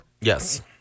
Yes